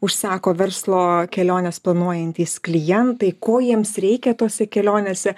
užsako verslo keliones planuojantys klientai ko jiems reikia tose kelionėse